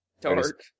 Dark